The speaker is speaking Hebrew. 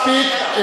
מספיק.